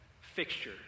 fixture